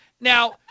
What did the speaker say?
Now